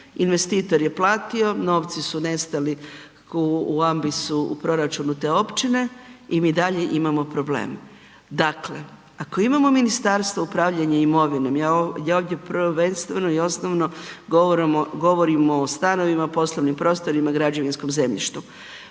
Investitor je platio, novci su nestali u ambisu u proračunu te općine i mi dalje imamo problem. Dakle, ako imamo Ministarstvo upravljanja imovinom, ja ovdje prvenstveno i osnovno govorim o stanovima, poslovnim prostorima, građevinskom zemljištu